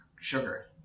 sugar